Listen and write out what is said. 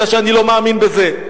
אלא שאני לא מאמין בזה.